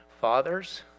fathers